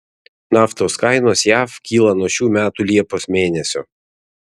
naftos kainos jav kyla nuo šių metų liepos mėnesio